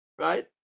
Right